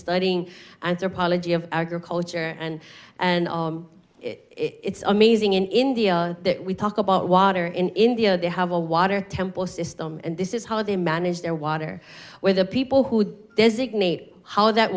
studying anthropology of agriculture and and it's amazing in india we talk about water in india they have a water temple system and this is how they manage their water where the people who designate how that